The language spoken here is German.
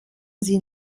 sind